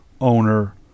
owner